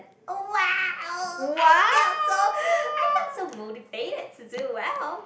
oh !wow! I felt so I felt so motivated to do well